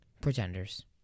Pretenders